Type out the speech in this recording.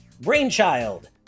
Brainchild